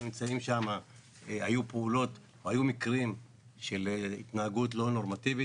נמצאים שם היו פעולות או שהיו מקרים של התנהגות לא נורמטיבית,